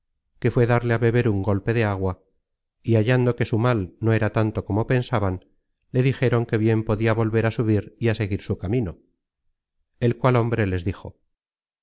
que fué darle á beber un golpe de agua y hallando que su mal no era tanto como pensaban le dijeron que bien podia volver á subir y á seguir su camino el cual hombre les dijo